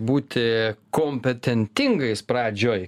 būti kompetentingais pradžioj